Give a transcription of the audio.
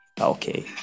okay